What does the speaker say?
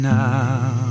now